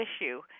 issue